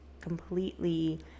completely